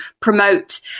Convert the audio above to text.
promote